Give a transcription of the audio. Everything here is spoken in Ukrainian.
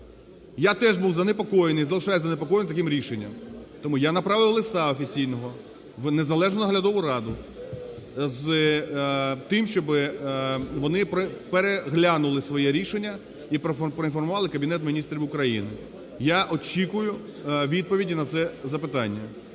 Я теж був занепокоєний, і залишаюся занепокоєним, таким рішенням. Тому я направив листа офіційного в незалежну наглядову раду з тим, щоб вони переглянули своє рішення і проінформували Кабінет Міністрів України. Я очікую відповіді на це запитання.